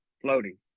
floating